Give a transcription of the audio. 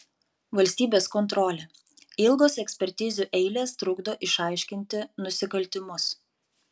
valstybės kontrolė ilgos ekspertizių eilės trukdo išaiškinti nusikaltimus